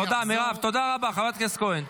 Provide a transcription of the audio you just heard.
תוכנית הצפון,